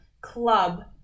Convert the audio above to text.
club